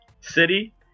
City